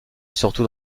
surtout